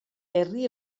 herri